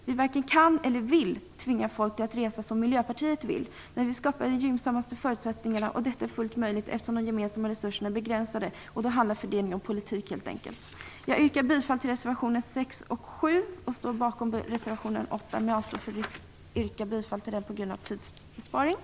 Vi varken kan eller vill tvinga folk att resa som Miljöpartiet vill, men vi skapar de gynnsammaste förutsättningarna. Detta är fullt möjligt, eftersom de gemensamma resurserna är begränsade. Då handlar fördelningen om politik, helt enkelt. Jag yrkar bifall till reservationerna 6 och 7. Jag står även bakom reservation 8, men jag avstår från att yrka bifall till den för att spara kammarens tid.